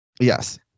Yes